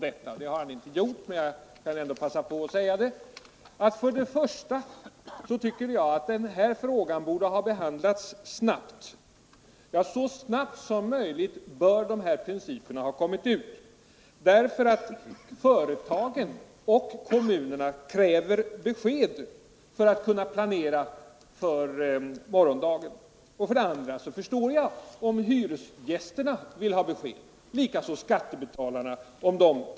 Det har han inte gjort, men jag kan ändå passa på att säga det. För det första tycker jag att den här frågan borde ha behandlats snabbt. Så snabbt som möjligt borde dessa principer ha kommit ut. Företagen och kommunerna kräver nämligen besked för att kunna planera för morgondagen. Jag förstår också att hyresgästerna vill ha besked, likaså skattebetalarna.